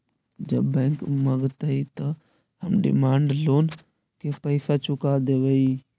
जब बैंक मगतई त हम डिमांड लोन के पैसा चुका देवई